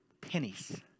pennies